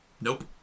Nope